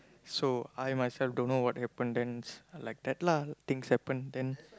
so I myself don't know what happen then like that lah things happen then